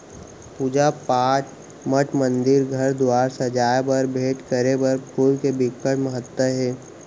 पूजा पाठ, मठ मंदिर, घर दुवार सजाए बर, भेंट करे बर फूल के बिकट महत्ता हे